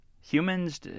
humans